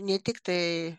ne tik tai